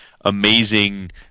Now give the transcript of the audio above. amazing